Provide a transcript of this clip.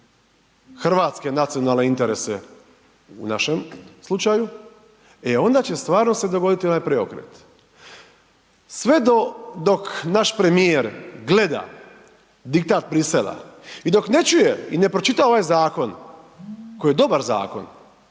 hrvatske nacionalne interese u našem slučaju, e onda će stvarno se dogoditi onaj preokret. Sve dok naš premijer gleda diktat Brisela i dok ne čuje i ne pročita ovaj zakon koji je dobar zakon